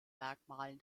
merkmalen